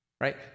Right